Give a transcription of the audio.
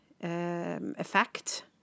effect